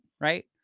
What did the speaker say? Right